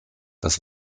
das